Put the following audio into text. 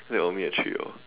then we all meet at three orh